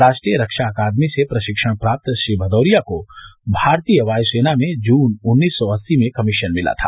राष्ट्रीय रक्षा अकादमी से प्रशिक्षण प्राप्त श्री भदौरिया को भारतीय बायू सेना में जून उन्नीस सौ अस्सी में कमीशन मिला था